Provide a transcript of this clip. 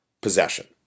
possession